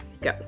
go